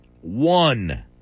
One